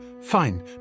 Fine